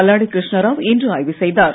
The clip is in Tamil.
மல்லாடி கிருஷ்ணராவ் இன்று ஆய்வு செய்தார்